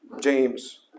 James